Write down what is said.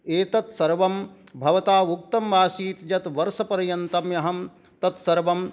एतत् सर्वं भवता उक्तम् आसीत् यत् वर्षपर्यन्तम् अहं तत् सर्वं